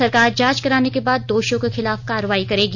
सरकार जाँच कराने के बाद दोषियों के खिलाफ कार्रवाई करेगी